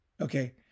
okay